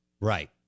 right